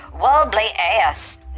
wobbly-ass